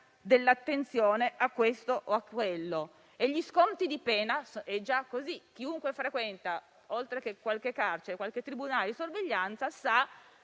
dell'attenzione a questo o a quello. Sugli sconti di pena, è già così: chiunque frequenti un carcere o un tribunale di sorveglianza sa